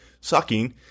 sucking